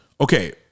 okay